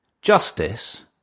Justice